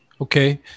Okay